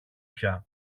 πια